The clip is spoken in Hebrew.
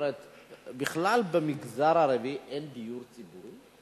דרך אגב, בכלל במגזר הערבי אין דיור ציבורי?